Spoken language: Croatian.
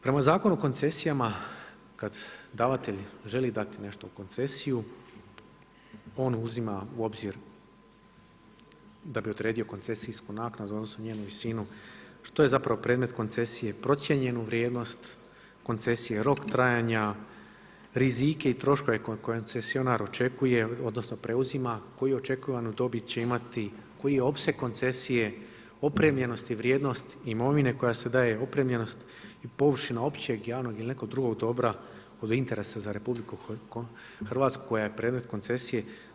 Prema Zakonu o koncesijama kada davatelj želi dati nešto u koncesiju on uzima u obzir da bi odredio koncesijsku naknadu odnosno njenu visinu što je zapravo predmet koncesije, procijenjenu vrijednost koncesije, rok trajanja, rizike i troškove koje koncesionar očekuje odnosno preuzima, koju neočekivanu dobit će imati, koji je opseg koncesije, opremljenost i vrijednost imovine koja se daje opremljenost i površina općeg javnog ili nekog drugog dobra od interesa za RH koja je predmet koncesije.